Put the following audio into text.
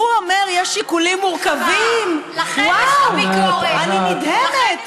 הוא אומר: יש שיקולים מורכבים, וואו, אני נדהמת.